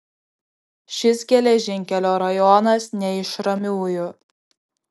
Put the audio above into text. šis geležinkelio rajonas ne iš ramiųjų